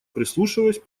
прислушиваясь